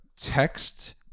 text